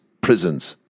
prisons